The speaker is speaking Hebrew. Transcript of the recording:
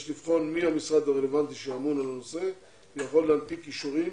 יש להסדיר מי המשרד הרלוונטי שאמון על הנושא שיכול להנפיק אישורים